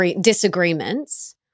disagreements